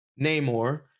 Namor